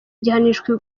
gihanishwa